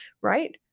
right